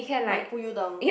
might pull you down